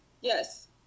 Yes